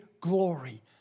glory